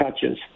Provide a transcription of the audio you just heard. touches